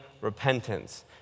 repentance